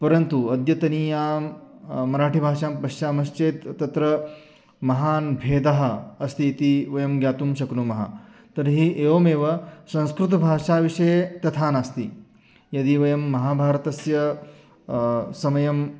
परन्तु अद्यतनीयां मराठिभाषां पश्यामश्चेत् तत्र महान् भेदः अस्ति इति वयं ज्ञातुं शक्नुमः तर्हि एवमेव संस्कृतभाषा विषये तथा नास्ति यदि वयं महाभारतस्य समयं